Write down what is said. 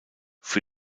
für